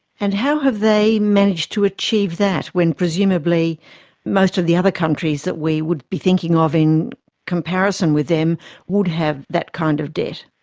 and how have they managed to achieve that when presumably most of the other countries that we would be thinking off in comparison with them would have that kind of debt?